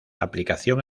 aplicación